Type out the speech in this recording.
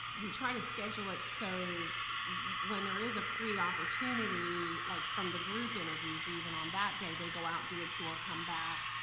we try to schedule it so when there is a free opportunity, like from the group interviews, even on that day, they go out, do a tour, come back,